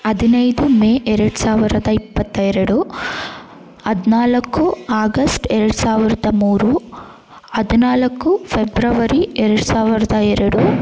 ಹದಿನೈದು ಮೇ ಎರಡು ಸಾವಿರ್ದ ಇಪ್ಪತ್ತೆರಡು ಹದಿನಾಲ್ಕು ಆಗಸ್ಟ್ ಎರಡು ಸಾವಿರ್ದ ಮೂರು ಹದಿನಾಲಕ್ಕು ಫೆಬ್ರವರಿ ಎರಡು ಸಾವಿರ್ದ ಎರಡು